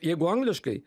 jeigu angliškai